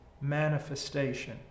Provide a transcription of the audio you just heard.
manifestation